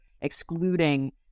excluding